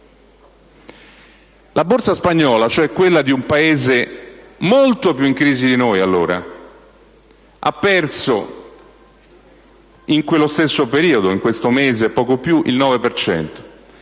la borsa spagnola, cioè quella di un Paese molto più in crisi di noi allora, ha perso in quello stesso periodo, in questo mese e poco più, il 9